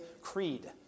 creed